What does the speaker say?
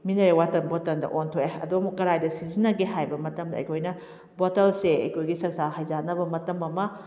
mineral water ꯕꯣꯇꯜꯗ ꯑꯣꯟꯊꯣꯛꯑꯦ ꯑꯗꯨ ꯑꯃꯨꯛ ꯀꯔꯥꯏꯗ ꯁꯤꯖꯤꯟꯅꯒꯦ ꯍꯥꯏꯕ ꯃꯇꯝꯗ ꯑꯩꯈꯣꯏꯅ ꯕꯣꯇꯜꯁꯦ ꯑꯩꯈꯣꯏꯒꯤ ꯆꯥꯛꯆꯥ ꯍꯩꯖꯥꯅꯕ ꯃꯇꯝ ꯑꯃ